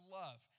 love